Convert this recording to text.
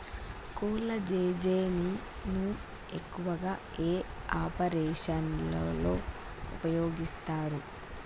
కొల్లాజెజేని ను ఎక్కువగా ఏ ఆపరేషన్లలో ఉపయోగిస్తారు?